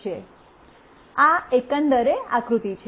આ એકંદરે આકૃતિ છે